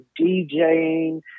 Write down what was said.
DJing